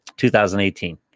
2018